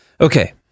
Okay